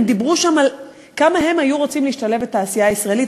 הם דיברו שם על כמה הם היו רוצים להשתלב בתעשייה הישראלית.